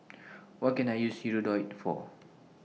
What Can I use Hirudoid For